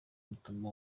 rutuma